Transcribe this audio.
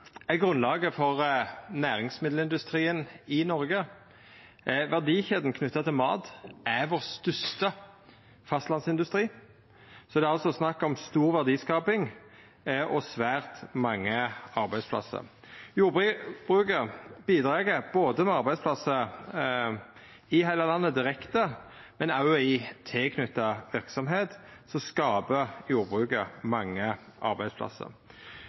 er grunnlaget for næringsmiddelindustrien i Noreg. Verdikjeda knytt til mat er vår største fastlandsindustri, så det er altså snakk om stor verdiskaping og svært mange arbeidsplassar. Jordbruket bidreg med arbeidsplassar i heile landet direkte, men òg i tilknytt verksemd skapar jordbruket mange arbeidsplassar.